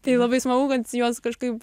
tai labai smagu kad juos kažkaip